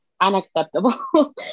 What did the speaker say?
unacceptable